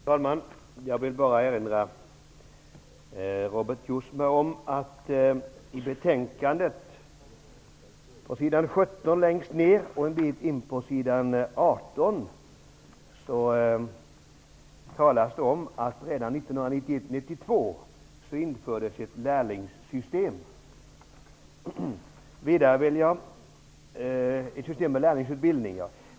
Herr talman! Jag vill bara erinra Robert Jousma om att det i betänkandet längst ner på s. 17 och vidare på s. 18 talas om att redan 1991/92 infördes ett system med lärlingsutbildning.